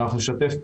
אנחנו נשתף פעולה.